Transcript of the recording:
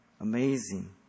Amazing